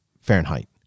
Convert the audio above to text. Fahrenheit